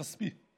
בכספי.